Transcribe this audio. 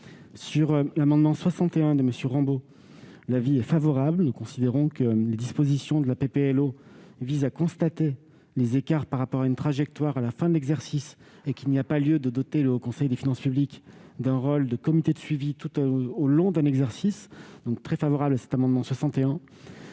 à l'amendement n° 61 de M. Rambaud. Nous considérons que les dispositions de la PPLO visent à constater les écarts par rapport à une trajectoire à la fin de l'exercice et qu'il n'y a pas lieu de doter le Haut Conseil des finances publiques d'un rôle de comité de suivi tout au long d'un exercice. Nous sommes donc très favorables à cet amendement.